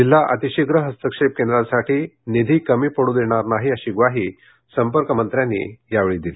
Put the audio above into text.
जिल्हा अतिशिघ्र हस्तक्षेप केंद्रासाठी निधी कमी पडू देणार नाही अशी ग्वाही संपर्क मंत्र्यांनी यावेळी दिली